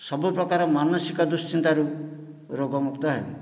ସବୁପ୍ରକାର ମାନସିକ ଦୁଶ୍ଚିନ୍ତାରୁ ରୋଗମୁକ୍ତ ହେବେ